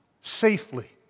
Safely